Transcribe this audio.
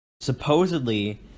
supposedly